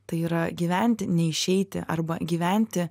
tai yra gyventi neišeiti arba gyventi